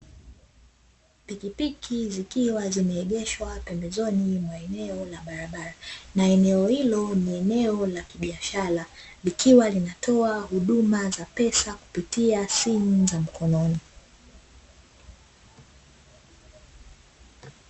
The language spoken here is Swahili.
Pikipiki zikiwa zimeegeshwa pembezoni mwa eneo la barabara na eneo hilo ni eneo la kibiashara, likiwa linatoa huduma za pesa kupitia simu za mkononi.